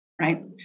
right